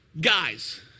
Guys